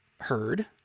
heard